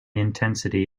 intensity